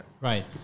Right